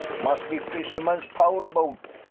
must be fisherman's power boat.